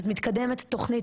אז מתקדמת תוכנית,